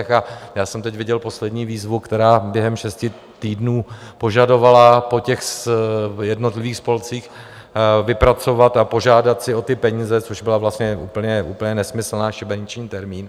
A já jsem teď viděl poslední výzvu, která během šesti týdnů požadovala po jednotlivých spolcích vypracovat a požádat si o ty peníze, což byl vlastně úplně nesmyslný, šibeniční termín.